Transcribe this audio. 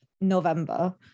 November